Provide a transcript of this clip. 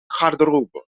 garderobe